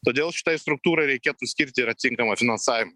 todėl šitai struktūrai reikėtų skirti ir atitinkamą finansavimą